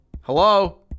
Hello